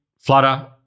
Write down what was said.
flutter